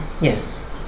Yes